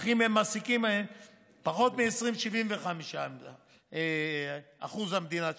אך אם הם מעסיקים פחות מ-20, ב-75% המדינה תשפה.